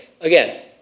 again